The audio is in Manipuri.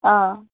ꯑꯥ